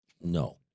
no